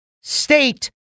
state